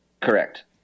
Correct